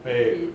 !hey!